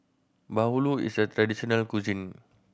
bahulu is a traditional cuisine